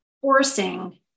forcing